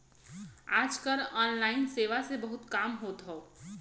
आज कल ऑनलाइन सेवा से बहुत काम होत हौ